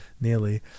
Nearly